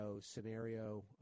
scenario